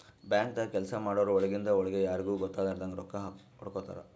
ಬ್ಯಾಂಕ್ದಾಗ್ ಕೆಲ್ಸ ಮಾಡೋರು ಒಳಗಿಂದ್ ಒಳ್ಗೆ ಯಾರಿಗೂ ಗೊತ್ತಾಗಲಾರದಂಗ್ ರೊಕ್ಕಾ ಹೊಡ್ಕೋತಾರ್